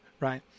Right